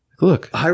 Look